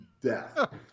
death